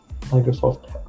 Microsoft